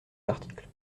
l’article